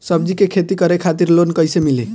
सब्जी के खेती करे खातिर लोन कइसे मिली?